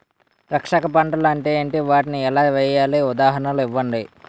రక్షక పంటలు అంటే ఏంటి? వాటిని ఎలా వేయాలి? ఉదాహరణలు ఇవ్వండి?